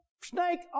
snake